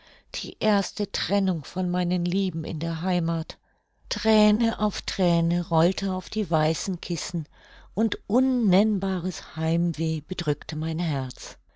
die erste trennung von meinen lieben in der heimath thräne auf thräne rollte auf die weißen kissen und unnennbares heimweh bedrückte mein herz